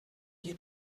die